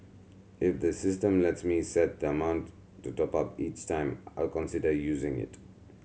if the system lets me set the amount to top up each time I'll consider using it